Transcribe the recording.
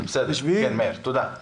תודה.